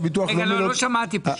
רגע, לא שמעתי פשוט.